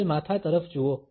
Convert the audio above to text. નમેલ માથા તરફ જુઓ